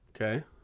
Okay